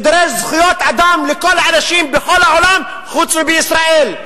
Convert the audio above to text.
שדורש זכויות אדם לכל האנשים בכל העולם חוץ מבישראל.